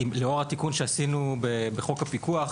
לאור התיקון שעשינו בחוק הפיקוח,